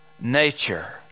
nature